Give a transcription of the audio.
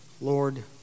Lord